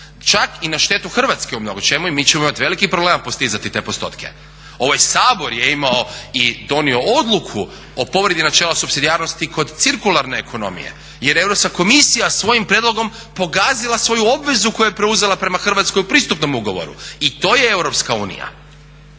čak i na štetu Hrvatske u mnogo čemu. I mi ćemo imati velikih problema postizati te postotke. Ovaj Sabor je imao i donio odluku o povredi načela supsidijarnosti kod cirkularne ekonomije jer je Europska komisija svojim prijedlogom pogazila svoju obvezu koju je preuzela prema Hrvatskoj u pristupnom ugovoru. I to je Europska unija.